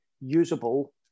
usable